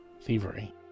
thievery